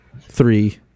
three